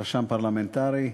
רשם פרלמנטרי,